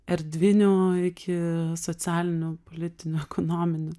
erdvinių iki socialinių politinių ekonominių